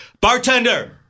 Bartender